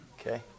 okay